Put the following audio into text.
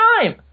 time